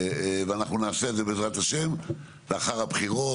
ואנחנו נעשה את זה בעזרת השם לאחר הבחירות